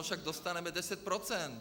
Však dostaneme deset procent.